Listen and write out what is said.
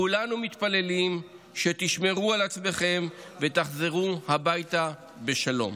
כולנו מתפללים שתשמרו על עצמכם ותחזרו הביתה בשלום.